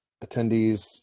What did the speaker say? attendees